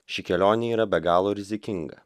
ši kelionė yra be galo rizikinga